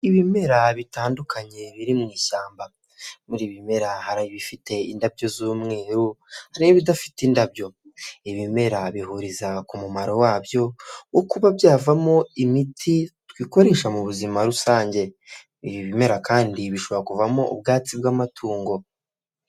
Ibimera bitandukanye biri mu ishyamba muri ibi bimera hari ibifite indabyo z'umweru rero ibidafite indabyo ibimera bihuriza ku mumaro wabyo wo kuba byavamo imiti twikoresha mu buzima rusange ibi ibimera kandi bishobora kuvamo ubwatsi bw'amatungo.